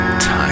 time